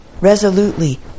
resolutely